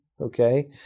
Okay